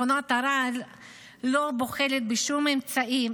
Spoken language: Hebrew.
מכונת הרעל לא בוחלת בשום אמצעי,